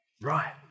Right